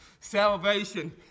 salvation